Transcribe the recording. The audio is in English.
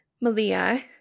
Malia